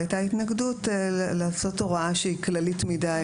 והייתה התנגדות לעשות הוראה שהיא כללית מדי,